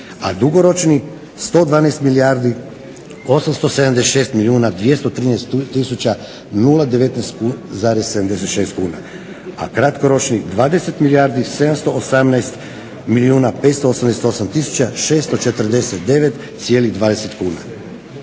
a dugoročni 112 milijardi 876 milijuna 213 tisuća 019 zarez 76 kuna, a kratkoročni 20 milijardi 718 milijuna 588 tisuća 649